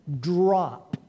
drop